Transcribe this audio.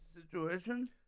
situation